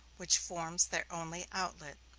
which forms their only outlet,